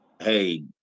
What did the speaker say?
Hey